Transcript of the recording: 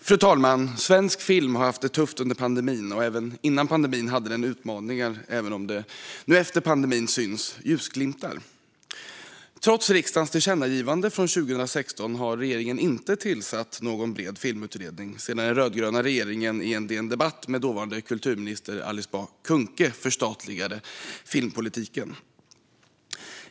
Fru talman! Svensk film har haft det tufft både före och under pandemin, även om det nu efter pandemin syns ljusglimtar. Trots riksdagens tillkännagivande från 2016 har regeringen inte tillsatt någon bred filmutredning sedan den rödgröna regeringen i en DN-debatt med dåvarande kulturminister Alice Bah Kuhnke förstatligade filmpolitiken.